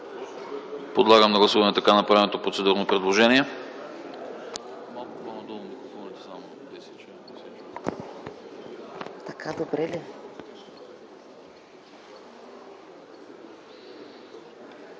Подлагам на гласуване така направеното процедурно предложение.